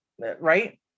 right